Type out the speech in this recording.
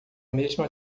mesma